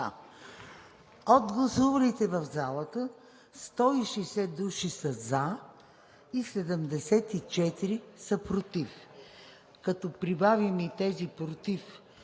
От гласувалите в залата 160 души са за и 74 са против. Като прибавим и тези